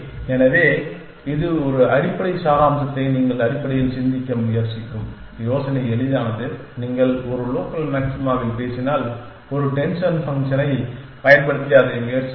எனவே இது ஒரு அடிப்படை சாராம்சத்தை நீங்கள் அடிப்படையில் சிந்திக்க முயற்சிக்கும் யோசனை எளிதானது நீங்கள் ஒரு லோக்கல் மாக்சிமாவில் பேசினால் ஒரு டென்சர் பங்க்ஷனைப் பயன்படுத்தி அதை முயற்சிக்கவும்